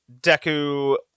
Deku